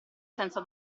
senza